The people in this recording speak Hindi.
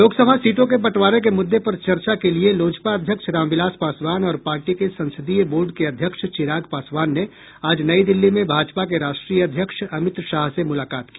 लोकसभा सीटों के बंटवारे के मुद्दे पर चर्चा के लिये लोजपा अध्यक्ष रामविलास पासवान और पार्टी के संसदीय बोर्ड के अध्यक्ष चिराग पासवान ने आज नई दिल्ली में भाजपा के राष्ट्रीय अध्यक्ष अमित शाह से मुलाकात की